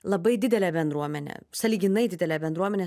labai didelė bendruomenė sąlyginai didelė bendruomenė